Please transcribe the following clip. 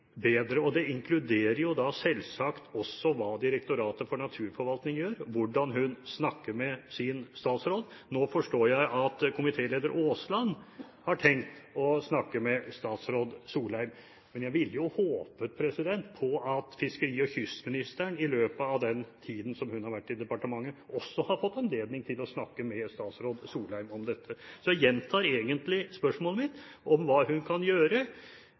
Det inkluderer selvsagt også hva Direktoratet for naturforvaltning gjør, og hvordan de snakker med sin statsråd. Nå forstår jeg at komitéleder Aasland har tenkt å snakke med statsråd Solheim. Men jeg vil jo håpe på at fiskeri- og kystministeren i løpet av den tiden hun har vært i departementet, også har fått anledning til å snakke med statsråd Solheim om dette. Så jeg gjentar egentlig spørsmålet mitt om hva hun kan gjøre